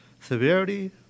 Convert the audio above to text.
Severity